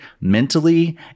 mentally